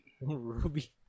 Ruby